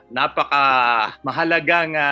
napaka-mahalagang